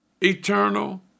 eternal